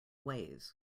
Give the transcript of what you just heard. ways